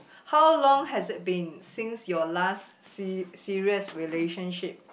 how long has it been since your last se~ serious relationship